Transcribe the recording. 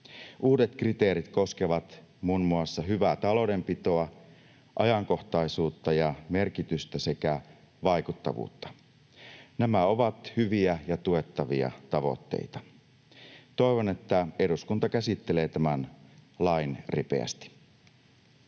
Uudet kriteerit koskevat muun muassa hyvää taloudenpitoa, ajankohtaisuutta ja merkitystä sekä vaikuttavuutta. Nämä ovat hyviä ja tuettavia tavoitteita. Toivon, että eduskunta käsittelee tämän lain ripeästi.